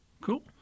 cool